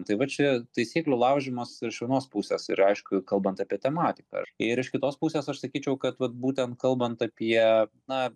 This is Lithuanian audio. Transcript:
tai va čia taisyklių laužymas ir iš vienos pusės ir aišku kalbant apie tematiką ir iš kitos pusės aš sakyčiau kad vat būtent kalbant apie na